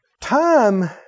Time